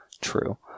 True